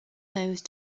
those